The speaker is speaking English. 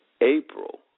April